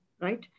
right